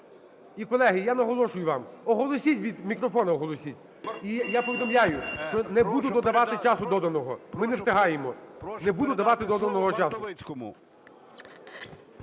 І, колеги, я наголошую вам… Оголосіть, від мікрофону оголосіть. Я повідомляю, що не буду додавати часу доданого, ми не встигаємо. Не буду давати доданого часу.